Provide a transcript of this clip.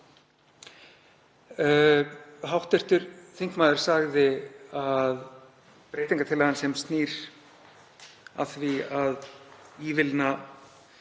Hv. þingmaður sagði að breytingartillagan, sem snýr að því að ívilna